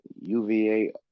UVA